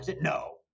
No